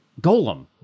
golem